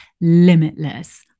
limitless